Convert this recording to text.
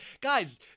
guys